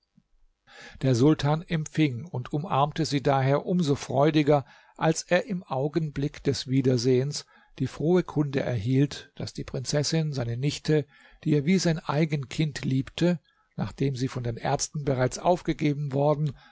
der sultan empfing und umarmte sie daher um so freudiger als er im augenblick des wiedersehens die frohe kunde erhielt daß die prinzessin seine nichte die er wie sein eigen kind liebte nachdem sie von den ärzten bereits aufgegeben worden